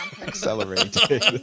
accelerated